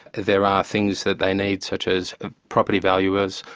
there are things that they need such as property valuers,